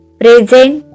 present